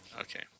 Okay